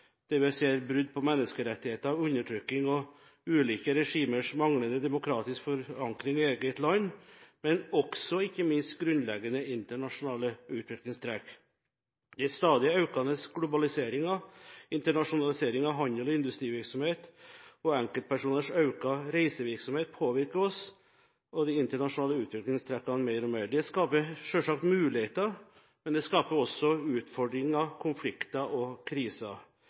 vi ser brudd på menneskerettigheter, undertrykking og ulike regimers manglende demokratiske forankring i eget land, og ikke minst grunnleggende internasjonale utviklingstrekk. Den stadig økende globaliseringen, internasjonalisering av handel og industrivirksomhet og enkeltpersoners økte reisevirksomhet påvirker oss og de internasjonale utviklingstrekkene mer og mer. Det skaper selvsagt muligheter, men det skaper også utfordringer, konflikter og kriser.